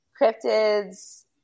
cryptids